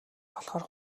болохоор